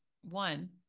One